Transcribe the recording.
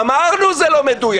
אמרנו שזה לא מדויק.